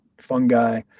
fungi